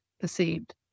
perceived